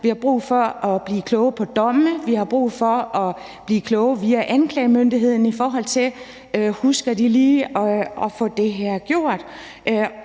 Vi har brug for at blive klogere på dommene, og vi har brug for at blive klogere via anklagemyndigheden i forhold til lige at huske at få det her gjort,